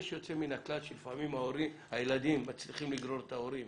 יש יוצאים מן הכלל שלפעמים הילדים מצליחים לגרור את ההורים